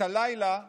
את הלילה א'